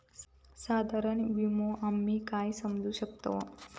साधारण विमो आम्ही काय समजू शकतव?